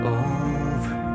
over